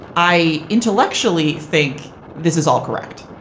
i intellectually think this is all correct.